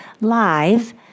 live